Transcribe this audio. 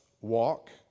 walk